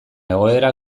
egoera